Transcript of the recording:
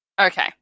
Okay